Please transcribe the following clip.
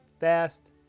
Fast